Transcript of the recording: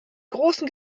großen